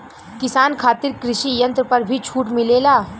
किसान खातिर कृषि यंत्र पर भी छूट मिलेला?